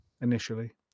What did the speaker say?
initially